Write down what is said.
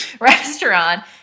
restaurant